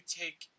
take